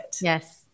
Yes